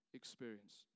experience